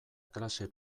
klase